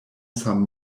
some